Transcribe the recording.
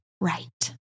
right